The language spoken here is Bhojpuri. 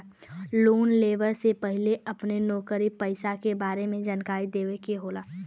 लोन लेवे से पहिले अपना नौकरी पेसा के बारे मे जानकारी देवे के होला?